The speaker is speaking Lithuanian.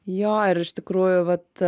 jo ir iš tikrųjų vat